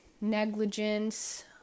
negligence